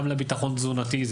גם לביטחון תזונתי,